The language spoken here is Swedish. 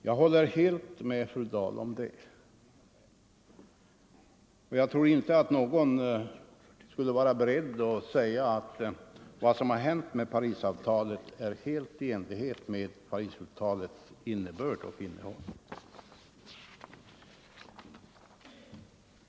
Jag håller helt med fru Dahl på den punkten, och jag tror inte att någon skulle vara beredd att säga att vad som hänt beträffande Parisavtalet står helt i enlighet med dess innebörd och innehåll.